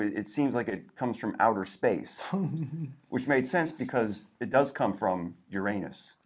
it seems like it comes from outer space which made sense because it does come from your anus